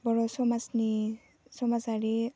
बर' समाजनि समाजारि